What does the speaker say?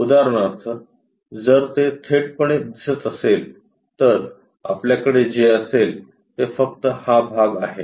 उदाहरणार्थ जर ते थेटपणे दिसत असेल तर आपल्याकडे जे असेल ते फक्त हा भाग आहे